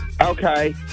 Okay